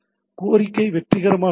கோரிக்கை வெற்றிகரமாக உள்ளது